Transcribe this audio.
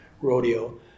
rodeo